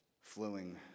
flowing